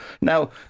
Now